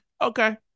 okay